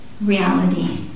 reality